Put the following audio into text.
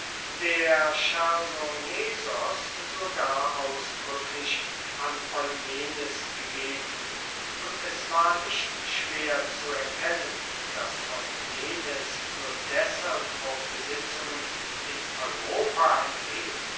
der chersonesos sogar ausdruecklich an eumenes gegeben und es war nicht schwer zu erkennen dass eumenes nur deshalb auch besitzungen in europa empfing